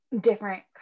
different